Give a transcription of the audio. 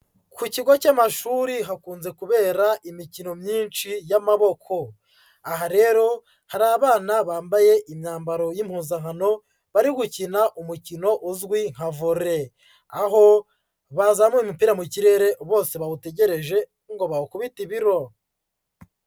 Ku kigo cy'amashuri hakunze kubera imikino myinshi y'amaboko; aha rero hari abana bambaye imyambaro y'impuzankano bari gukina umukino uzwi nka vore, aho bazamuye umupira mu kirere bose bawutegereje ngo bawukubite ibiro.